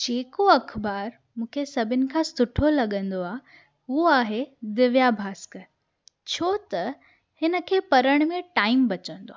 जेको अख़बार मूंखे सभिनि खां सुठो लॻंदो आहे उहो आहे दिव्या भास्कर छो त हिनखे पढ़ण में टाइम बचंदो आहे